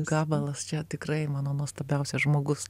gabalas čia tikrai mano nuostabiausias žmogus